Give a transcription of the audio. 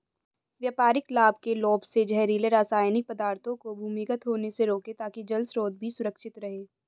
व्यापारिक लाभ के लोभ से जहरीले रासायनिक पदार्थों को भूमिगत होने से रोकें ताकि जल स्रोत भी सुरक्षित रहे